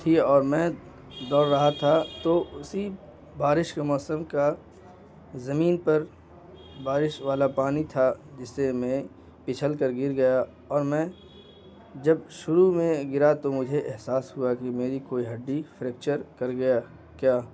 تھی اور میں دوڑ رہا تھا تو اسی بارش کے موسم کا زمین پر بارش والا پانی تھا جس سے میں پھسل کر گر گیا اور میں جب شروع میں گرا تو مجھے احساس ہوا کہ میری کوئی ہڈی فریکچر کر گیا کیا